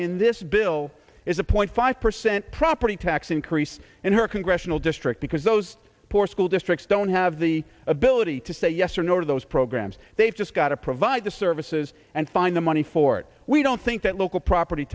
in this bill is a point five percent property tax increase in her congressional district because those poor school districts don't have the ability to say yes or no to those programs they've just got to provide the services and find the money for it we don't think that local property